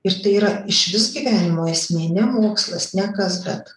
ir tai yra išvis gyvenimo esmė ne mokslas ne kas bet